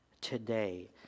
today